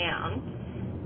down